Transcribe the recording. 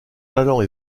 allant